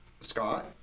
Scott